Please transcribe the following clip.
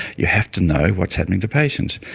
you have to know what's happening to patients.